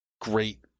great